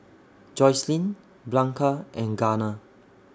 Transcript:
Joycelyn Blanca and Garner